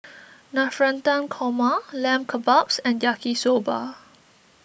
Navratan Korma Lamb Kebabs and Yaki Soba